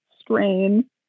strain